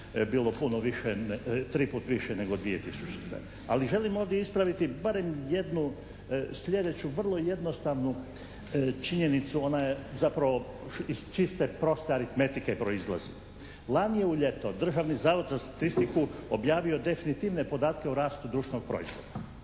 bilo 3 puta više nego 2000. Ali želim ovdje ispraviti barem jednu sljedeću, vrlo jednostavnu činjenicu. Ona je zapravo iz čiste proste aritmetike proizlazi. Lani je u ljeto Državni zavod za statistiku objavio definitivne podatke o rastu društvenog proizvoda.